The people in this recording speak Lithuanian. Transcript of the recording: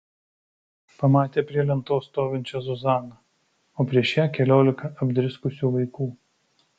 pamatė prie lentos stovinčią zuzaną o prieš ją keliolika apdriskusių vaikų